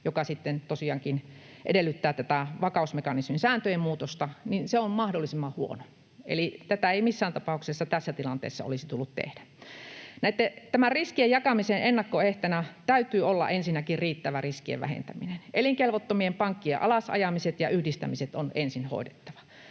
edellyttää tätä vakausmekanismin sääntöjen muutosta, on mahdollisimman huono. Eli tätä ei missään tapauksessa tässä tilanteessa olisi tullut tehdä. Tämän riskien jakamisen ennakkoehtona täytyy olla ensinnäkin riittävä riskien vähentäminen. Elinkelvottomien pankkien alasajamiset ja yhdistämiset on ensin hoidettava.